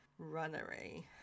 runnery